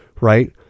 right